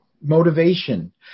motivation